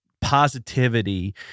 positivity